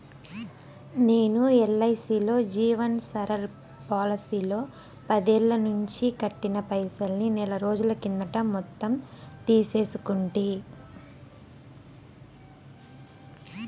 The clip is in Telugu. నేను ఎల్ఐసీలో జీవన్ సరల్ పోలసీలో పదేల్లనించి కట్టిన పైసల్ని నెలరోజుల కిందట మొత్తం తీసేసుకుంటి